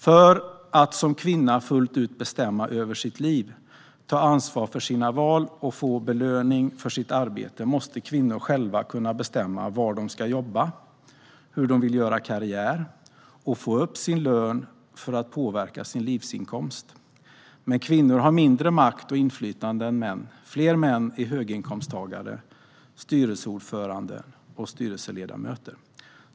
"För att som kvinna bestämma över sitt liv, ta ansvar för sina val och få belöning för sitt arbete måste kvinnor själva kunna bestämma var de ska jobba, hur de vill göra karriär och få upp sin lön för att påverka sin livsinkomst. Men kvinnor har mindre makt och inflytande än män. Fler män är höginkomsttagare, styrelseordföranden och styrelseledamöter."